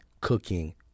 cooking